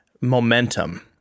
momentum